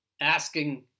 asking